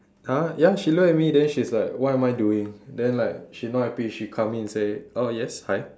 !huh! ya she looked at me then she's like what am I doing then like she not happy she come in say oh yes hi